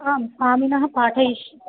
आं स्वामिनः पाठयिष्